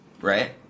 right